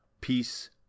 peace